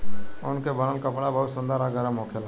ऊन के बनल कपड़ा बहुते सुंदर आ गरम होखेला